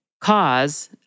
cause